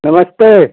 नमस्ते